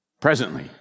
presently